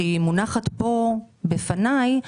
שמונחת פה בפניי,